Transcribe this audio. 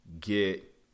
get